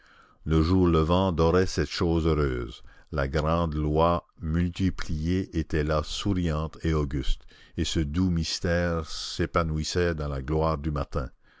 le jour levant dorait cette chose heureuse la grande loi multipliez était là souriante et auguste et ce doux mystère s'épanouissait dans la gloire du matin